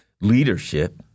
leadership